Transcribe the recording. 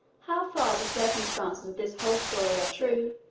how far the circumstances of this whole story are true,